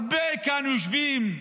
הרבה כאן יושבים,